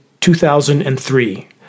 2003